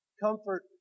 comfort